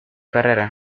carrera